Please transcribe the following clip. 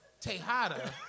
Tejada